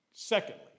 Secondly